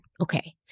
okay